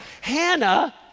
Hannah